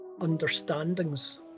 understandings